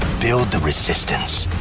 build the resistance.